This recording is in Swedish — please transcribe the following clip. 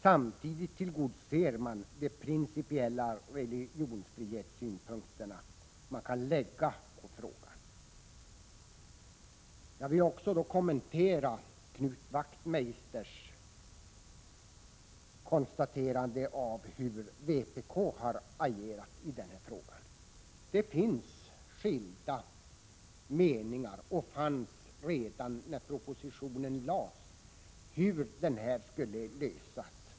Samtidigt tillgodoser man de principiella religionsfrihetssynpunkter som kan anläggas på frågan. Jag vill här kommentera Knut Wachtmeisters konstaterande beträffande hur vpk agerat i denna fråga. Det finns och fanns redan när propositionen framlades skilda meningar om hur frågan skulle lösas.